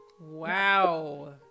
Wow